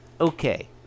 Okay